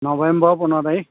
নৱেম্বৰ পোন্ধৰ তাৰিখ